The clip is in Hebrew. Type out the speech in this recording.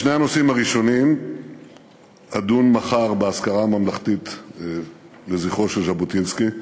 בשני הנושאים הראשונים אדון מחר באזכרה הממלכתית לזכרו של ז'בוטינסקי,